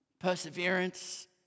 perseverance